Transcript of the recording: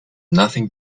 nothing